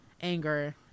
anger